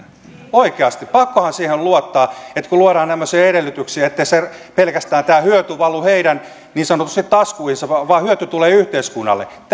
oikeasti pakkohan siihen on luottaa kun luodaan tämmöisiä edellytyksiä ettei tämä hyöty valu pelkästään heidän niin sanotusti taskuihinsa vaan hyöty tulee yhteiskunnalle